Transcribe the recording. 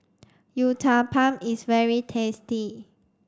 Uthapam is very tasty